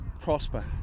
prosper